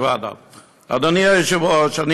אדוני היושב-ראש,